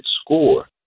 score